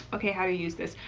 okay, how do you use this?